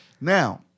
Now